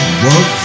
work